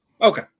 okay